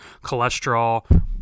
cholesterol